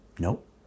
Nope